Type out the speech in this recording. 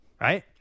right